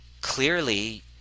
clearly